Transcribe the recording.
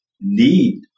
need